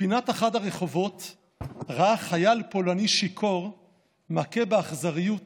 בפינת אחד הרחובות ראה חייל פולני שיכור מכה באכזריות